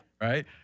Right